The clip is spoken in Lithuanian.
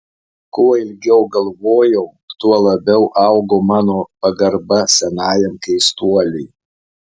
kuo ilgiau galvojau tuo labiau augo mano pagarba senajam keistuoliui